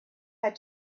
had